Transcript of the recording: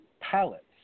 pallets